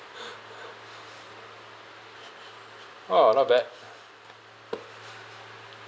oh not bad